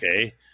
Okay